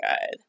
good